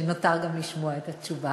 שגם נותר לשמוע את התשובה.